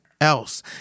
else